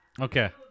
Okay